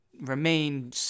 remain